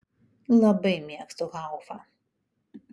labai mėgstu haufą